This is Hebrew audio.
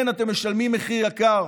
כן, אתם משלמים מחיר יקר